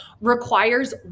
requires